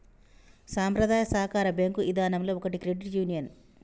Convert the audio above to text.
సంప్రదాయ సాకార బేంకు ఇదానంలో ఒకటి క్రెడిట్ యూనియన్